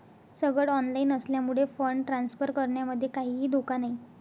सगळ ऑनलाइन असल्यामुळे fund transfer करण्यामध्ये काहीही धोका नाही